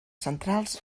centrals